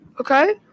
Okay